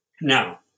Now